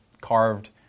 carved